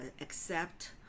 accept